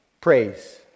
Praise